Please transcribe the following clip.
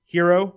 Hero